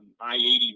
I-80